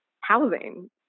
housing